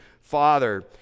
father